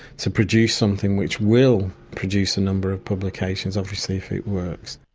to produce something which will produce a number of publications, obviously if it works.